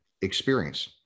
experience